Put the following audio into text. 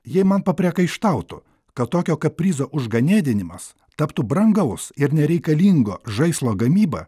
jei man papriekaištautų kad tokio kaprizo užganėdinimas taptų brangaus ir nereikalingo žaislo gamyba